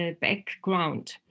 background